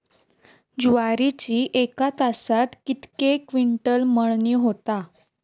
ज्वारीची एका तासात कितके क्विंटल मळणी होता?